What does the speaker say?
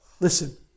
Listen